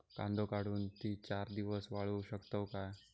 कांदो काढुन ती चार दिवस वाळऊ शकतव काय?